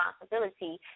responsibility